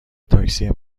تاکسی